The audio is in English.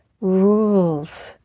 rules